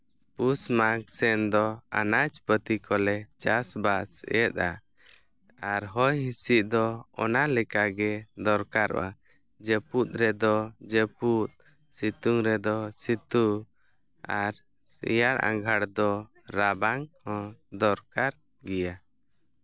ᱯᱩᱥ ᱢᱟᱜᱽ ᱥᱮᱱ ᱫᱚ ᱟᱱᱟᱡᱽᱯᱟᱹᱛᱤ ᱠᱚᱞᱮ ᱪᱟᱥᱵᱟᱥ ᱮᱫᱟ ᱟᱨ ᱦᱚᱭ ᱦᱤᱸᱥᱤᱫ ᱫᱚ ᱚᱱᱟ ᱞᱮᱠᱟ ᱜᱮ ᱫᱚᱨᱠᱟᱨᱚᱜᱼᱟ ᱡᱟᱹᱯᱩᱫ ᱨᱮᱫᱚ ᱡᱟᱹᱯᱩᱫ ᱥᱤᱛᱩᱝ ᱨᱮᱫᱚ ᱥᱤᱛᱩᱝ ᱟᱨ ᱨᱮᱭᱟᱲ ᱟᱸᱜᱷᱟᱲ ᱫᱚ ᱨᱟᱵᱟᱝ ᱦᱚᱸ ᱫᱚᱨᱠᱟᱨ ᱜᱮᱭᱟ